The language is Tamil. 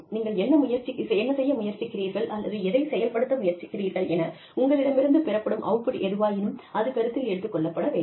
நீங்கள் என்ன செய்ய முயற்சிக்கிறீர்கள் அல்லது எதைச் செயல்படுத்த முயற்சிக்கிறீர்கள் என உங்களிடமிருந்து பெறப்படும் அவுட்புட் எதுவாயினும் அது கருத்தில் எடுத்துக் கொள்ளப்பட வேண்டும்